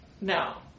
No